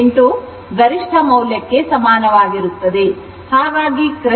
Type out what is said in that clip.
707 ಗರಿಷ್ಠ ಮೌಲ್ಯಕ್ಕೆ ಸಮಾನವಾಗಿರುತ್ತದೆ ಹಾಗಾಗಿ crest factor 1